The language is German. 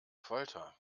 folter